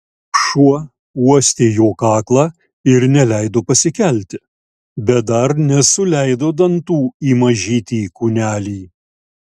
šuo uostė jo kaklą ir neleido pasikelti bet dar nesuleido dantų į mažytį kūnelį